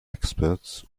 experts